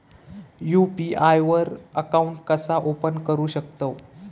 UPI वर account कसा open करू शकतव?